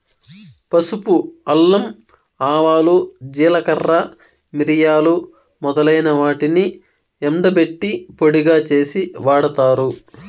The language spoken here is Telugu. పసుపు, అల్లం, ఆవాలు, జీలకర్ర, మిరియాలు మొదలైన వాటిని ఎండబెట్టి పొడిగా చేసి వాడతారు